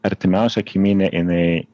artimiausia kaimynė jinai